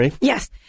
Yes